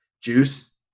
juice